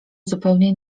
zupełnie